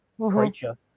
creature